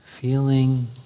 feeling